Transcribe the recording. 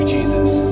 Jesus